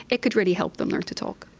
it could really help them learn to talk.